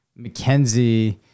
McKenzie